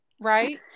right